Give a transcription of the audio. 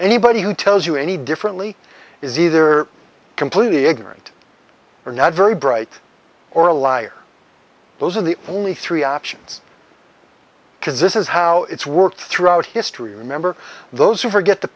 anybody who tells you any differently is either completely ignorant or not very bright or a liar those are the only three options because this is how it's worked throughout history remember those who forget the